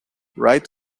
right